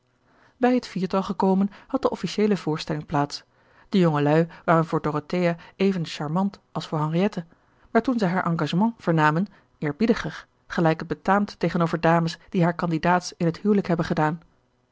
bij het viertal gekomen had de officieele voorstelling plaats de jongelui waren voor dorothea even charmant als voor henriette maar toen zij haar engagement vernamen eerbiediger gelijk het betaamt tegenover dames die haar kandidaats in het huwelijk hebben gedaan